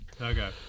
Okay